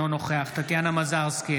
אינו נוכח טטיאנה מזרסקי,